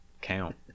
count